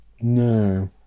No